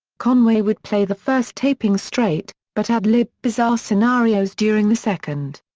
conway would play the first taping straight, but ad-lib bizarre scenarios during the second.